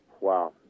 Wow